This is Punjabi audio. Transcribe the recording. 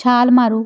ਛਾਲ ਮਾਰੋ